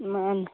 ꯃꯥꯟꯅꯤ